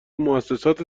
موسسات